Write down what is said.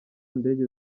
ndege